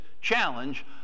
challenge